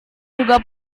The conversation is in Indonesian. juga